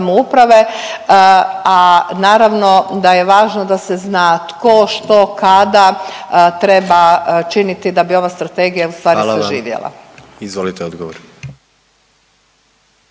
samouprave, a naravno da je važno da se zna tko što, kada treba činiti da bi ova strategija u stvari saživjela. **Jandroković, Gordan